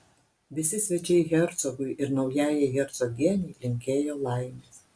visi svečiai hercogui ir naujajai hercogienei linkėjo laimės